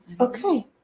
okay